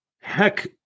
heck